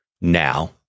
Now